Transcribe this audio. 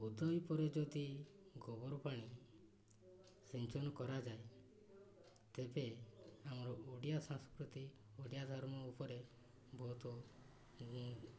ଉଦୟ ପରେ ଯଦି ଗୋବର ପାଣି ସିଞ୍ଚନ କରାଯାଏ ତେବେ ଆମର ଓଡ଼ିଆ ସଂସ୍କୃତି ଓଡ଼ିଆ ଧର୍ମ ଉପରେ ବହୁତ